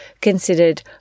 considered